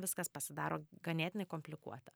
viskas pasidaro ganėtinai komplikuota